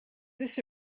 this